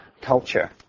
culture